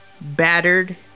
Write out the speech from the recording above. battered